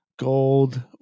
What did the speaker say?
Gold